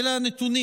אלה הנתונים.